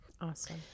Awesome